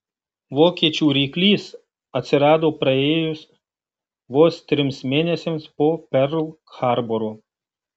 vokiečių ryklys atsirado praėjus vos trims mėnesiams po perl harboro